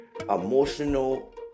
emotional